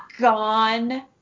gone